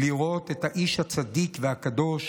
לראות את האיש הצדיק והקדוש